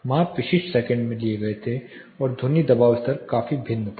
माप विशिष्ट सेकंड में लिया गया था और ध्वनि दबाव स्तर काफी भिन्न था